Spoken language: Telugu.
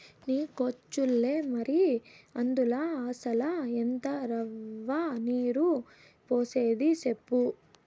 నీకొచ్చులే మరి, అందుల అసల ఎంత రవ్వ, నీరు పోసేది సెప్పు